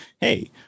hey